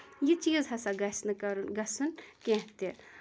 یہِ چیٖز ہسا گژھِ نہٕ کَرُن گژھُن کیٚنٛہہ تہِ